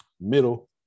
middle